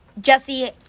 Jesse